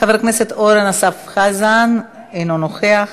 חבר הכנסת אורן אסף חזן, אינו נוכח.